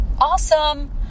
Awesome